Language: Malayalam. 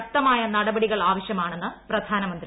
ശക്തമായ നടപടികൾ ആവശ്യമാണ്ണ് ് പ്രധാനമന്ത്രി